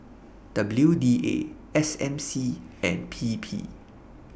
W D A S M C and P P